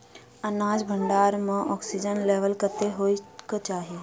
अनाज भण्डारण म ऑक्सीजन लेवल कतेक होइ कऽ चाहि?